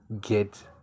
Get